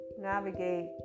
navigate